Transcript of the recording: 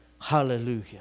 Hallelujah